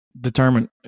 determine